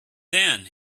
then